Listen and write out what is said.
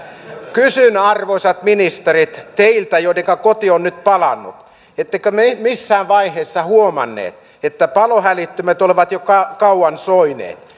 kysyn arvoisat ministerit teiltä joidenka koti on nyt palanut ettekö missään vaiheessa huomanneet että palohälyttimet olivat jo kauan soineet